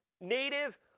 native